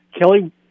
Kelly